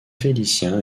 félicien